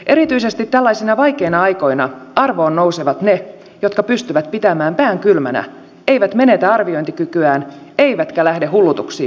erityisesti tällaisina vaikeina aikoina arvoon nousevat ne jotka pystyvät pitämään pään kylmänä eivät menetä arviointikykyään eivätkä lähde hullutuksiin mukaan